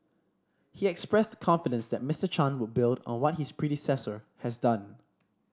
he expressed confidence that Mister Chan would build on what his predecessor has done